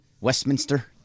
Westminster